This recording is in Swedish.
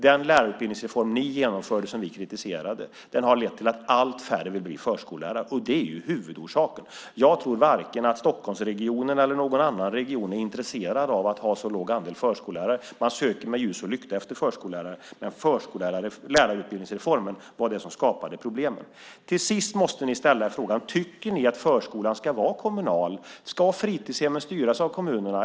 Den lärarutbildningsreform ni genomförde, och som vi kritiserade, har lett till att allt färre vill bli förskollärare. Det är huvudorsaken. Jag tror att varken Stockholmsregionen eller någon annan region är intresserad av att ha så låg andel förskollärare. Man söker med ljus och lykta efter förskollärare, men det var lärarutbildningsreformen som skapade problemen. Till sist måste ni ställa er frågan: Tycker ni att förskolan ska vara kommunal? Ska fritidshemmen styras av kommunerna?